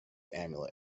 amulet